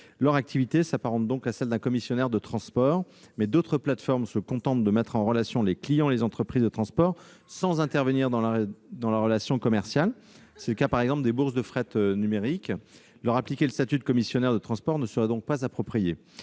Leur activité s'apparente donc à celle d'un commissionnaire de transport, tandis que d'autres plateformes se contentent de mettre en relation les clients et les entreprises de transport sans intervenir dans la relation commerciale. Tel est le cas des bourses de fret numérique. Ainsi, leur appliquer le statut de commissionnaire de transport ne serait pas approprié.